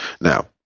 Now